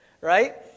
right